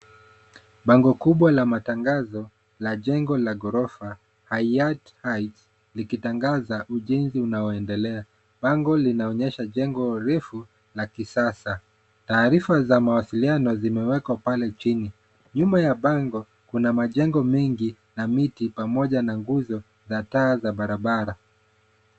Bango kubwa la matangazo la jengo la gorofa Hayat Heights likitangaza ujenzi unaondelea. Bango linaonyesha jengo refu la kisasa. Taarifa za mawasiliano zimewekwa pale chini. Nyuma ya bango, kuna majengo mengi na miti pamoja na nguzo za taa za barabara.